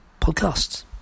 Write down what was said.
podcasts